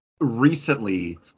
recently